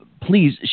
please